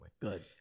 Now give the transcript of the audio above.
Good